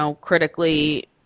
critically